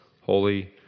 holy